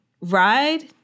ride